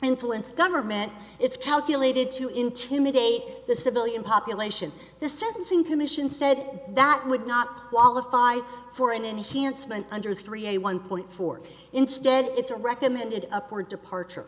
influence government it's calculated to intimidate the civilian population the sentencing commission said that would not qualify for an enhancement under three a one point four instead it's a recommended upward departure